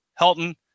Helton